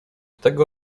tego